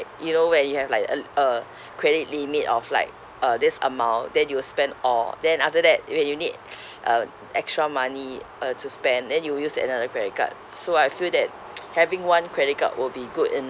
you know where you have like al~ a credit limit of like uh this amount then you will spend all then after that when you need uh extra money uh to spend then you will use another credit card so I feel that having one credit card will be good enough